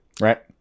Right